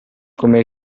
come